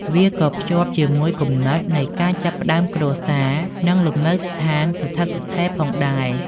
វាក៏ផ្សាភ្ជាប់ជាមួយគំនិតនៃការចាប់ផ្ដើមគ្រួសារ និងលំនៅស្ថានស្ថិតស្ថេរផងដែរ។